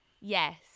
Yes